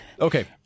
Okay